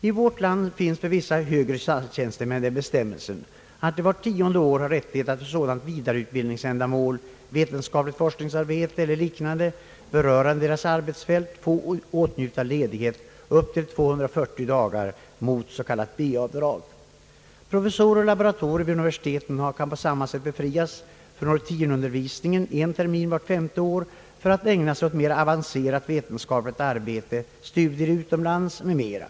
I vårt land finns för vissa högre statstjänstemän den bestämmelsen att de vart tionde år har rättighet att för sådant vidareutbildningsändamål, vetenskapligt forskningsarbete eller liknande, som berör deras arbetsfält, åtnjuta ledighet upp till 240 dagar mot s.k. B-avdrag. Professorer och laboratorer vid universiteten kan på samma sätt befrias från rutinundervisningen en termin vart femte år för att ägna sig åt mer avancerat vetenskapligt arbete, studier utomlands m.m.